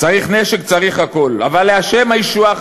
"צריך נשק, צריך הכול, אבל לה' הישועה.